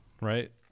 right